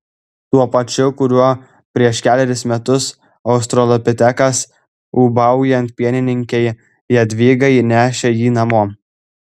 tuo pačiu kuriuo prieš kelerius metus australopitekas ūbaujant pienininkei jadvygai nešė jį namo